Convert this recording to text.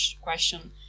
question